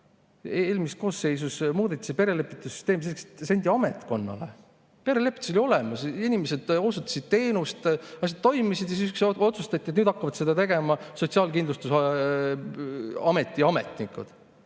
Eelmises koosseisus muudeti seda perelepitussüsteemi selliselt, et see anti üle ametkonnale. Perelepitus oli olemas. Inimesed osutasid teenust, asjad toimisid ja siis otsustati, et nüüd hakkavad seda tegema Sotsiaalkindlustusameti ametnikud.